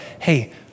hey